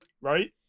right